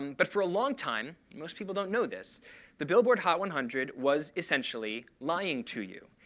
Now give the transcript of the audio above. and but for a long time most people don't know this the billboard hot one hundred was essentially lying to you.